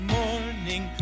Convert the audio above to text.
morning